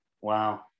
Wow